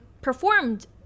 performed